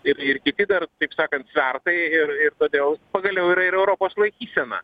ir ir kiti dar taip sakant svertai ir ir todėl pagaliau yra ir europos laikysena